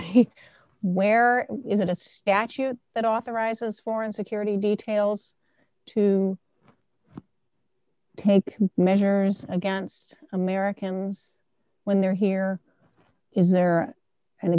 me where is a statute that authorizes foreign security details to take measures against americans when they're here is there an